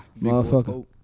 motherfucker